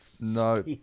No